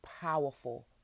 powerful